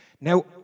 Now